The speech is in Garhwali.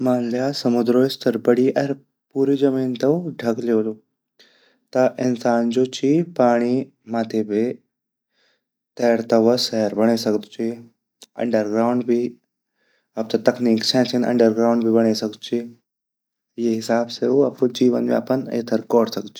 मान लया समुद्रो स्तर बड़ी अर पूरा जमीन ते उ धक् दयोलू ता इंसान जु ची पाणी माथि बे तैरता हुआ शहर बड़े सकदु ची अर अंडरग्राउंड भी अब ता तकनीके छे छिन अर ये हिसाब से उ अप्रु जीवन व्यापन एथर कोर सकदु ची।